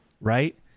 right